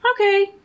okay